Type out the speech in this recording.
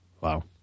Wow